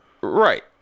right